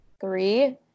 three